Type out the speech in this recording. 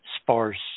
sparse